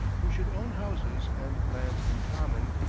who should own houses and lands in common,